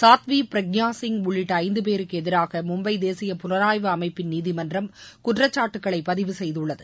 சாத்வி பிரக்யா சிங் உள்ளிட்ட ஐந்து பேருக்கு எதிராக மும்பை தேசிய புலனாய்வு அமைப்பின் நீதிமன்றம் குற்றச்சாட்டுக்களை பதிவு செய்துள்ளது